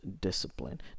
discipline